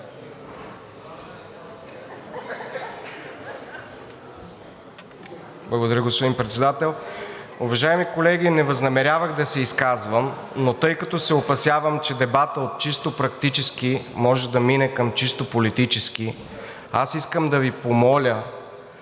Благодаря, господин Председател.